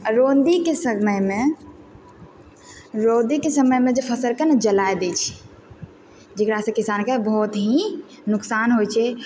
आ रौदीके समयमे रौदीके समयमे जे फसलके जलाए दै छै जकरा से किसानके बहुत ही नुकसान होइ छै